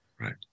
Right